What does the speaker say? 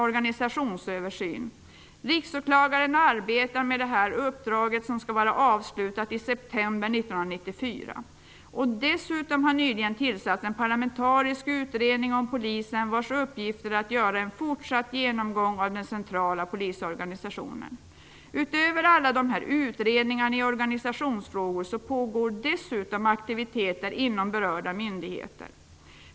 Riksåklagaren arbetar med uppdraget som skall vara avslutat i september 1994. Dessutom har det nyligen tillsatts en parlamentarisk utredning om Polisen, vars uppgift är att göra en fortsatt genomgång av den centrala polisorganisationen. Utöver alla utredningar i organisationsfrågor pågår dessutom aktiviteter inom berörda myndigheter.